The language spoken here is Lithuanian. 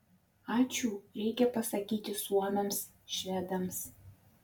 ačiū reikia pasakyti suomiams švedams